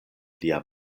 lia